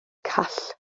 call